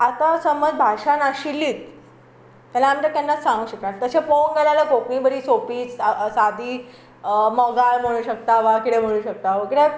आतां समज भाशा नाशिल्लीच जाल्यार आमीं तें केन्नाच सांगूंक शकना तशें पळोवंक गेले जाल्यार कोंकणी बरी सोंपी सा सादी मोगाळ म्हणूंक शकता वा कितें म्हणूंक शकता वा कित्याक